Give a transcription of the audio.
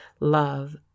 Love